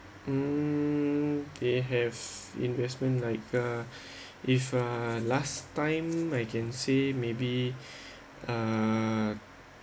mm they have investments like uh if uh last time I can see maybe uh